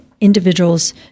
individuals